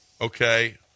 Okay